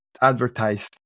advertised